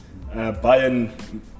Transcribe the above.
Bayern